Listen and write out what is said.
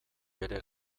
bere